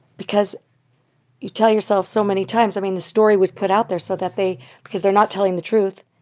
because you tell yourself so many times, i mean, the story was put out there so that they because they're not telling the truth.